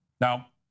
Now